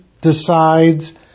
decides